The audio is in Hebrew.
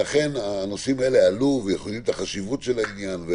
הנושאים האלו עלו ואנחנו יודעים את חשיבות העניין.